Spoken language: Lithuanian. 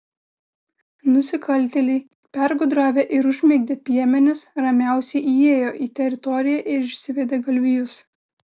nusikaltėliai pergudravę ir užmigdę piemenis ramiausiai įėjo į teritoriją ir išsivedė galvijus